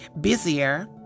busier